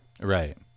Right